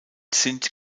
sint